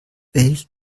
welch